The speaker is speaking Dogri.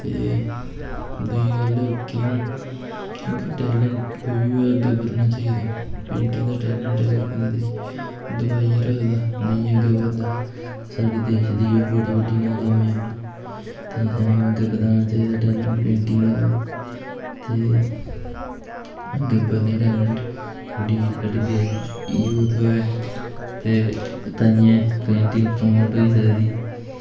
ते दुई गल्ल क्यों क्योंकि टैलेंट कोई बी होऐ अग्गैं बधना चाहिदा पेंटिंग दा टैलेंट ऐ अगर बंदे च दबाइयै रखदा नेईं अग्गैं बधदा साढ़े देश दे ओह् बड़ी बड्डी नाकामजाबी ऐ ताइयें सानूं अग्गैं बधाना चाहिदा टैलेंट पेंटिंग दा ते अग्गैं बधै टैलेंट बड्डी साढ़े देश दी ग्रोथ होऐ ते ताइयें पेंटिंग प्रमोट होई सकदी